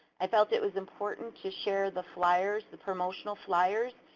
i felt it was important to share the flyers, the promotional flyers,